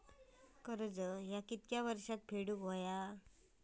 कर्ज ह्या किती वर्षात फेडून हव्या?